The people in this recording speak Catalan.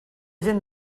gent